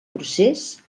procés